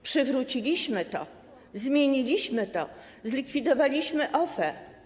Przywróciliśmy to, zmieniliśmy to, zlikwidowaliśmy OFE.